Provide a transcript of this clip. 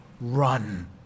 run